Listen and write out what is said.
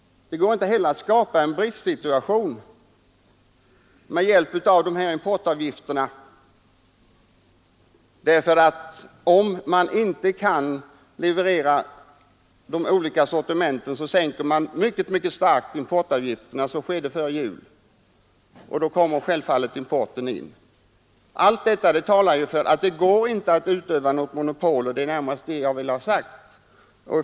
Det går inte heller att skapa en bristsituation med hjälp av importavgifterna. Kan slakteriorganisationerna inte leverera olika sortiment sänks importavgifterna omedelbart — skedde före jul, varvid importen snabbt ökade. Allt detta talar för att det inte går att utöva något monopol. Det är närmast detta jag vill ha sagt.